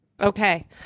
Okay